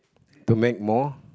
to make more